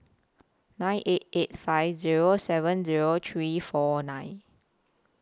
nine eight eight five Zero seven Zero three four nine